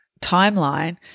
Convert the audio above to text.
timeline